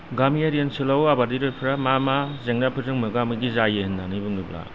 गामियारि ओनसोलाव आबादारिफ्रा मा मा जेंनाफोरजों मोगा मोगि जायो होन्नानै बुङोबा